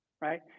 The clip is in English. right